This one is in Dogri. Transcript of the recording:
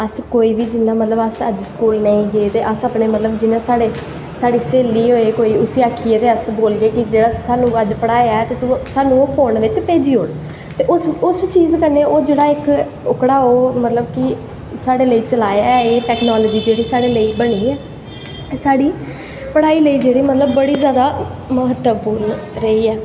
अस मतलव कोई बी अस अज्ज स्कूल नेंई बी गे ते मतलव जियां साढ़े कोई स्हेली होऐ ते अस उसी बोलियै कि जेह्ड़ा अज्ज असेंगी पढ़ाया ऐ तूं स्हानू फोन बिच्च भेजी ओड़ ते उस चीज़ कन्नैं ओह्कड़ा ओह् साढ़े लेआ चलाया ऐ टैकनॉलजी चलाई ऐ एह् साढ़ी पढ़ाई लेई बड़ी जादा महत्वपूर्ण रेही ऐ